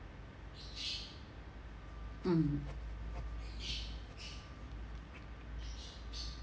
mm